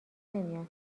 نمیاد